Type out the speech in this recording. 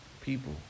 people